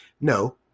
No